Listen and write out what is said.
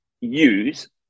use